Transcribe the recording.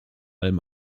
allem